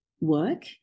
work